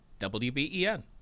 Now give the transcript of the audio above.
WBEN